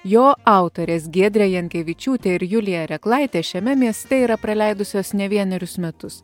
jo autorės giedrė jankevičiūtė ir julija reklaitė šiame mieste yra praleidusios ne vienerius metus